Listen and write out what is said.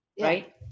right